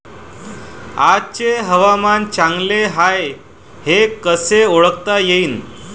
आजचे हवामान चांगले हाये हे कसे ओळखता येईन?